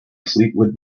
fleetwood